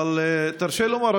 אבל תרשה לומר,